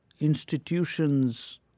institutions